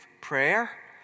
prayer